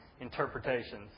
interpretations